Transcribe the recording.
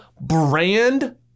brand